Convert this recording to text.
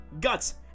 guts